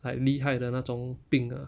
很厉害的那种病 ah